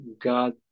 God